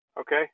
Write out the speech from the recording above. Okay